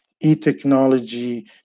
e-technology